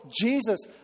Jesus